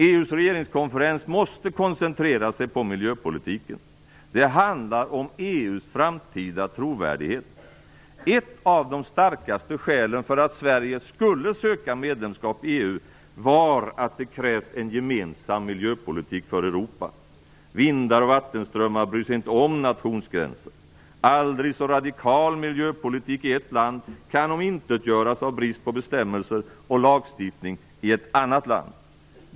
EU:s regeringskonferens måste koncentrera sig på miljöpolitiken. Det handlar om EU:s framtida trovärdighet. Ett av de starkaste skälen för att Sverige skulle söka medlemskap i EU var att det krävs en gemensam miljöpolitik för Europa. Vindar och vattenströmmar bryr sig inte om nationsgränser. En aldrig så radikal miljöpolitik i ett land kan omintetgöras av brist på bestämmelser och lagstiftning i ett annat land.